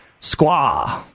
Squaw